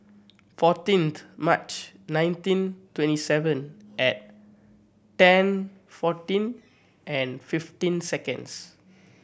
fourteenth March nineteen twenty seven at ten fourteen and fifteen seconds